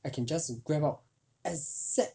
I can just grab out exact